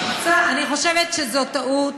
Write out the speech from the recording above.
אני חושבת שזאת טעות,